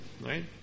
right